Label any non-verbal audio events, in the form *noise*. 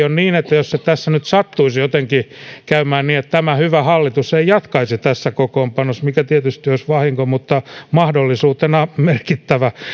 *unintelligible* ole niin että jos tässä nyt sattuisi jotenkin käymään niin että tämä hyvä hallitus ei jatkaisi tässä kokoonpanossa mikä tietysti olisi vahinko mutta mahdollisuutena merkittävä